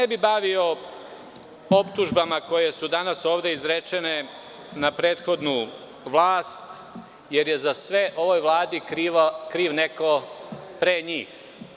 Ne bih se bavio optužbama koje su danas ovde izrečene na prethodnu vlast, jer je ovoj Vladi za sve kriv neko pre njih.